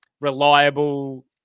reliable